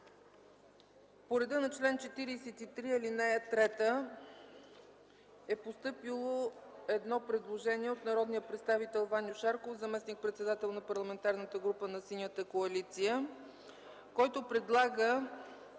По реда на чл. 43, ал. 3 е постъпило предложение от народния представител Ваньо Шарков – заместник-председател на Парламентарната група на Синята коалиция, който предлага